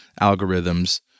algorithms